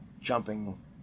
jumping